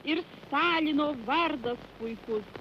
ir stalino vardas puikus